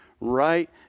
right